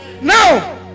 now